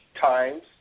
times